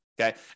Okay